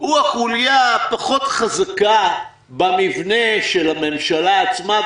הוא החוליה הפחות חזקה במבנה של הממשלה עצמה,